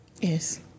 Yes